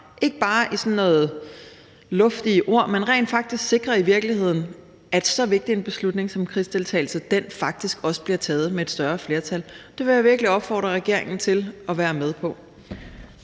ikke bare er sådan nogle luftige ord, men at så vigtig en beslutning som krigsdeltagelse rent faktisk bliver taget med et større flertal. Det vil jeg virkelig opfordre regeringen til at være med på.